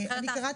יש בעיה,